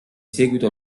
seguito